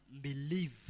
Believe